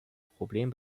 problem